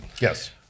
Yes